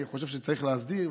אני חושב שצריך להסדיר,